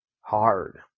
hard